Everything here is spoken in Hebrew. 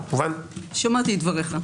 שמעתי את דבריך.